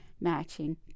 matching